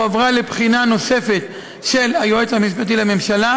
היא הועברה לבחינה נוספת של היועץ המשפטי לממשלה